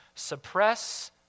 Suppress